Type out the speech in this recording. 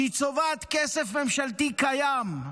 שהיא צובעת כסף ממשלתי קיים,